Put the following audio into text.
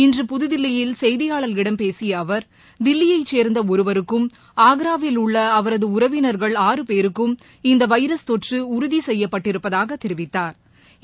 இன்று புதுதில்லியில் செய்தியாளர்களிடம் பேசிய அவர் தில்லியைச் சேர்ந்த ஒருவருக்கும் ஆக்ராவில் உள்ள அவரது உறவினா்கள் ஆறு பேருக்கும் இந்த வைரஸ் தொற்று உறுதி செய்யப்பட்டிருப்பதாகத் தெரிவித்தாா்